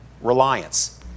reliance